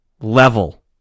level